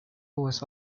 was